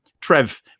Trev